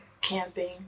Camping